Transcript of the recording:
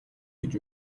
гэж